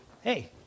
Hey